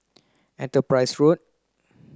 Enterprise Road